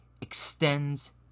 extends